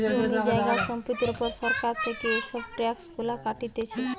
জমি জায়গা সম্পত্তির উপর সরকার থেকে এসব ট্যাক্স গুলা কাটতিছে